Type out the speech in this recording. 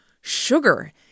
sugar